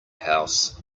house